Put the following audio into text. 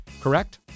correct